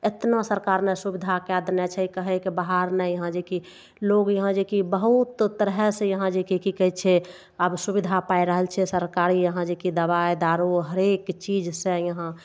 इतना सरकार ने सुविधा कए देने छै कहयके बात नहि यहाँ जे कि लोग यहाँ जे कि बहुत तरहेसँ यहाँ जे कि कि कहय छै आब सुविधा पाइ रहल छै सरकार यहाँ जे कि दवाइ दारू हरेक चीजसँ यहाँ